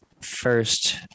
first